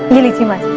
anything! but